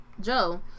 Joe